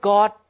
God